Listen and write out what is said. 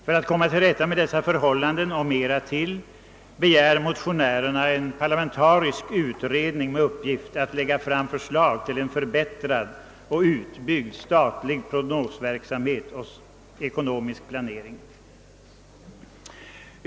Motionärerna begär en parlamentarisk utredning för att komma till rätta med dessa förhållanden; denna bör få till uppgift att lägga fram förslag till en förbättrad och utbyggd statlig prognosverksamhet och ekonomisk planering.